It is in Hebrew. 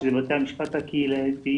שאלה בתי המשפט הקהילתיים.